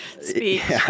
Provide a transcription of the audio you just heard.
speech